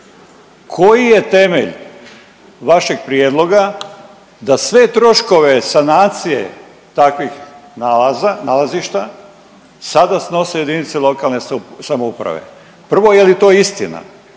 Koji je temelj vašeg prijedloga da sve troškove sanacije takvih nalazišta sada snose jedinice lokalne samouprave? Prvo je li to istina?